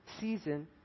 season